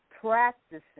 practicing